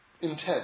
intense